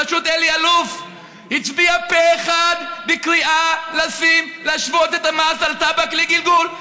בראשות אלי אלאלוף הצביעה פה אחד בקריאה להשוות את המס על הטבק לגלגול,